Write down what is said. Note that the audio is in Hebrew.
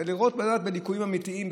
כדי לראות ולגעת בליקויים אמיתיים,